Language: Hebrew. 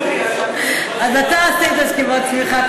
אז אתה עשית שכיבות סמיכה.